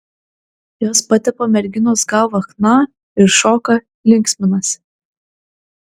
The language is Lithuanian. jos patepa merginos galvą chna ir šoka linksminasi